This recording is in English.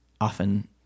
often